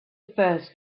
first